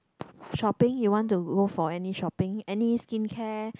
shopping you want to go for any shopping any skin care